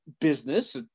business